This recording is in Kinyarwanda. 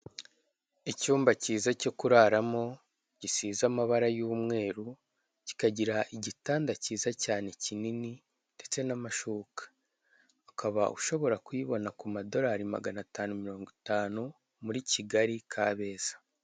Icyumba kiza cyo kuraramo gisize amabara y'umweru kikagira igitanda kiza cyane kinini ndetse n'amashuka, ukaba ushobora kuyibona ku madorari magana atanu mirongo itanu muri Kigali Kabeza.